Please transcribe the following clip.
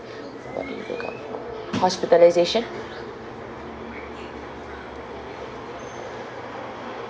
hospitalisation